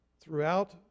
Throughout